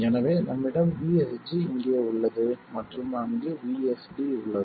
எனவே நம்மிடம் VSG இங்கே உள்ளது மற்றும் அங்கு vSD உள்ளது